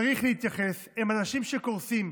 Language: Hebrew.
צריך להתייחס אליהם, הם אנשים שקורסים.